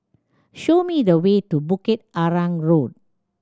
show me the way to Bukit Arang Road